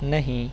نہیں